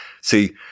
See